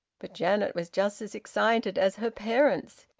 but janet was just as excited as her parents.